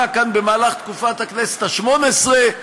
כאן במהלך תקופת הכנסת השמונה-עשרה,